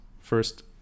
First